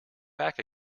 back